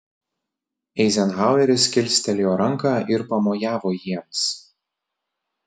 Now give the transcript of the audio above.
eizenhaueris kilstelėjo ranką ir pamojavo jiems